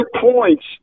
points